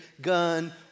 gun